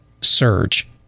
surge